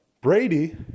Brady